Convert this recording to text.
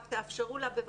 רק תאפשרו לה בבקשה.